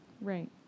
Right